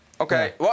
Okay